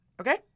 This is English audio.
Okay